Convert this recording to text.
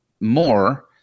more